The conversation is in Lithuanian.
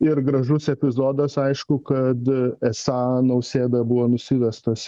ir gražus epizodas aišku kada esą nausėda buvo nusivestas